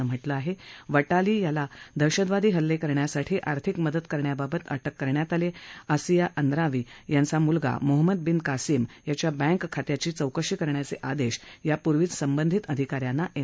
नं म्हटलं आह प्रटाली याला दहशतवादी हल्लळिरण्यासाठी आर्थिक मदत करण्याबाबत अटक करण्यात आली आह असिया अंद्रावी यांचा मुलगा मोहम्मद बिन कासीम याच्या बँक खात्याची चौकशी करण्याचआिद्धीयापूर्वीच संबधित अधिका यांना एन